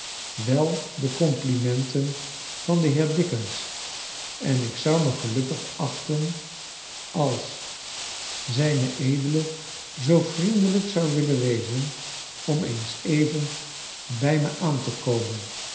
wel de complimenten van den heer dickens en ik zou me gelukkig achten als zed zoo vriendelijk zou willen wezen om eens even bij me aan te komen